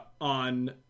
on